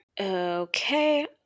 okay